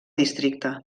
districte